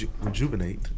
rejuvenate